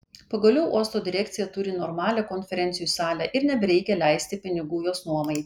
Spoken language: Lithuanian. pagaliau uosto direkcija turi normalią konferencijų salę ir nebereikia leisti pinigų jos nuomai